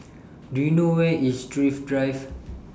Do YOU know Where IS Thrift Drive